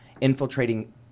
infiltrating